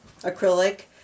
acrylic